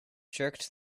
jerked